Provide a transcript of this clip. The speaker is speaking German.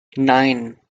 nein